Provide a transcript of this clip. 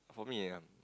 for me um